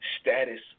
status